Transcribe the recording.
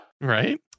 Right